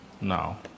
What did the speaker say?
now